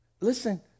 Listen